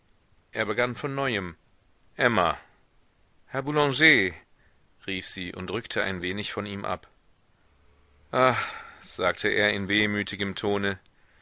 er begann von neuem emma herr boulanger rief sie und rückte ein wenig von ihm ab ah sagte er in wehmütigem tone